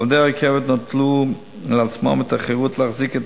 עובדי הרכבת שנטלו על עצמם את החירות להחזיק את